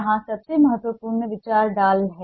यहां सबसे महत्वपूर्ण विचार ढाल है